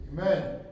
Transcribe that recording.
Amen